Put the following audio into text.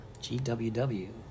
GWW